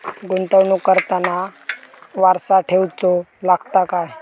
गुंतवणूक करताना वारसा ठेवचो लागता काय?